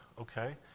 Okay